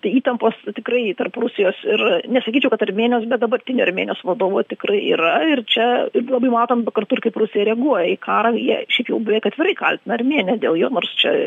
tai įtampos tikrai tarp rusijos ir nesakyčiau kad armėnijos bet dabartinio armėnijos vadovo tikrai yra ir čia labai matom kartu ir kaip rusija reaguoja į karą jie šiaip jau beveik atvirai kaltina armėniją dėl jo nors čia